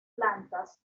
plantas